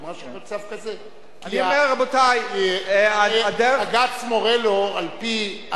רבותי, אני אומר: הדרך, בג"ץ מורה לו על-פי